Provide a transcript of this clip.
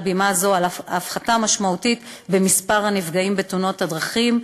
בימה זו על הפחתה משמעותית במספר הנפגעים בתאונות הדרכים,